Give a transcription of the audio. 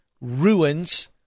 ruins